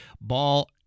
Ball